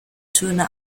töne